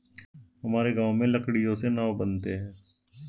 हमारे गांव में लकड़ियों से नाव बनते हैं